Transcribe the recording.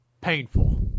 painful